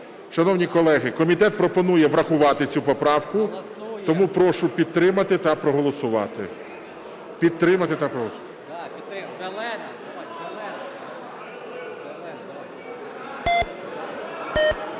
Шановні колеги, комітет пропонує врахувати цю поправку, тому прошу підтримати та проголосувати.